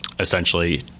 essentially